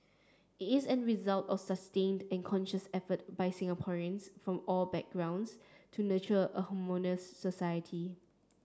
it is an result of sustained and conscious effort by Singaporeans from all backgrounds to nurture a harmonious society